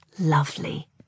Lovely